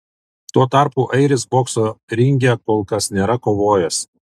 tuo tarpu airis bokso ringe kol kas nėra kovojęs